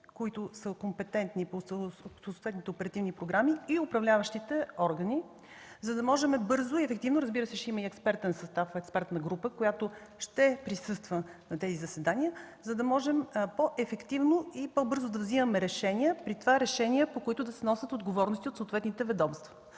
които са компетентни по съответните оперативни програми, и управляващите органи. Разбира се, ще има и експертна група, която ще присъства на тези заседания, за да можем по-ефективно и по-бързо да вземаме решения – при това решения, по които да се носят отговорности от съответните ведомства.